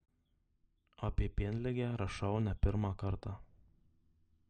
apie pienligę rašau ne pirmą kartą